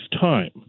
time